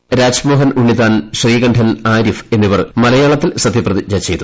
പിമാരായ രാജ്മോഹൻ ഉണ്ണിത്താൻ ശ്രീകണ്ഠൻ ആരീഫ് എന്നിവർ മലയാളത്തിൽ സത്യപ്രതിജ്ഞ ചെയ്തു